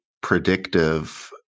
predictive